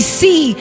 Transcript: see